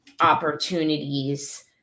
opportunities